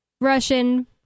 russian